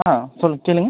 ஆ சொல்லுங்கள் கேளுங்கள்